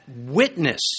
witness